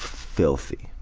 filthy.